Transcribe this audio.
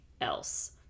else